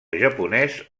japonès